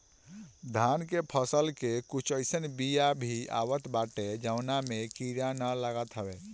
धान के फसल के कुछ अइसन बिया भी आवत बाटे जवना में कीड़ा ना लागत हवे